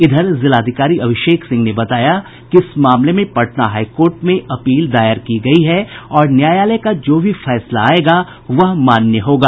इधर जिलाधिकारी अभिषेक सिंह ने बताया कि इस मामले में पटना हाईकोर्ट में अपील दायर की गयी है और न्यायालय का जो भी फैसला आयेगा वह मान्य होगा